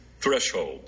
thresholds